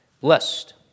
Blessed